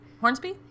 Hornsby